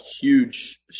huge